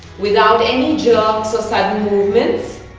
without any jerks or sudden movements